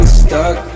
stuck